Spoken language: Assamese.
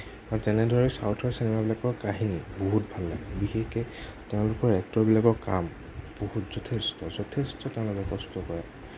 আৰু যেনেদৰে চাউথৰ চিনেমাবিলাকৰ কাহিনী বহুত ভাল লাগে বিশেষকৈ তেওঁলোকৰ এক্টৰবিলাকৰ কাম বহুত যথেষ্ট যথেষ্ট তাৰমানে কষ্ট কৰে